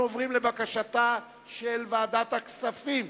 אנחנו עוברים לבקשתה של ועדת הכספים.